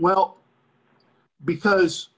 well because